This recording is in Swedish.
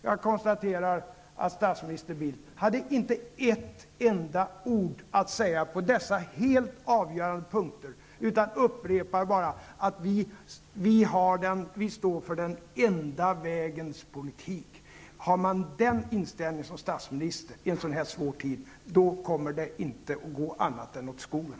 Jag konstaterar att statsminister Bildt inte hade ett enda ord att säga på dessa helt avgörande punkter, utan han upprepade bara att regeringen står för den enda vägens politik. Har man den inställningen som statsminister i en sådan här svår tid, då kommer det inte att gå annat än åt skogen.